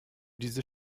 diese